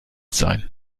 sein